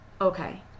Okay